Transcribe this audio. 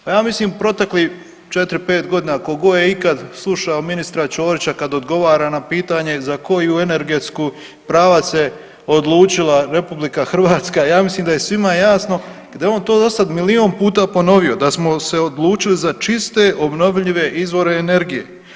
Pa ja mislim proteklih 4-5 godina ko god je ikad slušao ministra Ćorića kad odgovara na pitanje za koju energetsku pravac se odlučila RH, ja mislim da je svima jasno da je on to dosad milion puta ponovio da smo se odlučili za čiste obnovljive izvore energije.